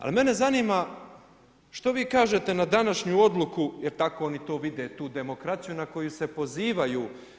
Ali mene zanima što vi kažete na današnju odluku jer tako oni to vide tu demokraciju na koju se pozivaju?